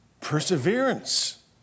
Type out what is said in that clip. Perseverance